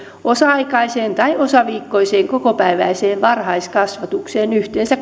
osa aikaiseen tai osaviikkoiseen kokopäiväiseen varhaiskasvatukseen yhteensä